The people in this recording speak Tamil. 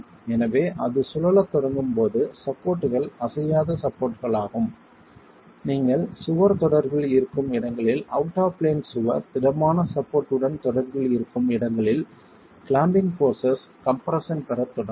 எனவே அது சுழலத் தொடங்கும் போது சப்போர்ட்கள் அசையாத சப்போர்ட்களாகும் நீங்கள் சுவர் தொடர்பில் இருக்கும் இடங்களில் அவுட் ஆப் பிளேன் சுவர் திடமான சப்போர்ட் உடன் தொடர்பில் இருக்கும் இடங்களில் கிளாம்பிங் போர்ஸஸ் கம்ப்ரெஸ்ஸன் பெறத் தொடங்கும்